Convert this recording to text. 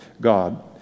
God